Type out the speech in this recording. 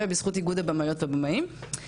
ובזכות איגוד הבמאיות והבמאים.